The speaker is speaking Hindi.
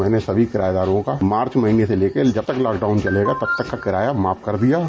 मैने सभी किराएदारों का मार्च महीने से जब तक लॉकडाउन चलेगा तब तक का किराया माफ कर दिया है